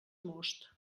most